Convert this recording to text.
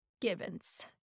givens